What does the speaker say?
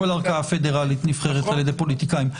כל ערכאה פדרלית נבחרת על ידי פוליטיקאים.